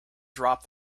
drop